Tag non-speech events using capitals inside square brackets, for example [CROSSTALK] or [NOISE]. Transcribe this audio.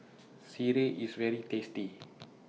[NOISE] Sireh IS very tasty